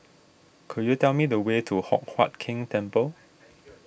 could you tell me the way to Hock Huat Keng Temple